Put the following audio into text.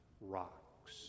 rocks